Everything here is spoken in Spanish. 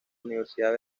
universidad